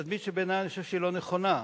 תדמית שאני חושב שאינה נכונה,